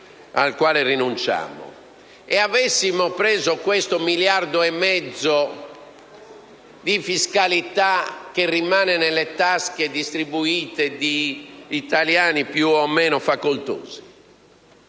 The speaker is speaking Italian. al quale rinunciamo e avessimo investito questo miliardo e mezzo di fiscalità che rimane nelle tasche, distribuite, di italiani più o meno facoltosi,